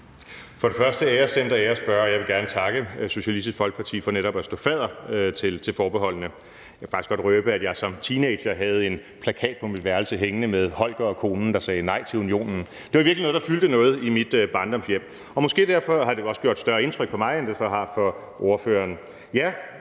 og fremmest: Æres den, der æres bør. Jeg vil gerne takke Socialistisk Folkeparti for netop at stå fadder til forbeholdene. Jeg vil faktisk godt røbe, at jeg som teenager havde en plakat hængende på mit værelse med Holger og konen, der sagde nej til unionen. Det var virkelig noget, der fyldte noget i mit barndomshjem. Måske derfor har det gjort større indtryk på mig, end det så har på ordføreren.